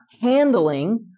handling